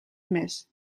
més